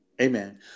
Amen